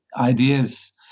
ideas